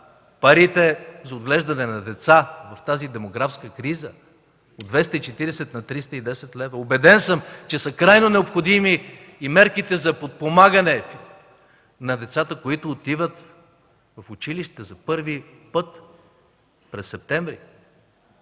парите за отглеждане на деца в тази демографска криза от 240 на 310 лева. Убеден съм, че са крайно необходими и мерките за подпомагане на децата, които отиват в училище за първи път през септември.